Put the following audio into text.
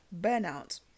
burnout